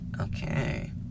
Okay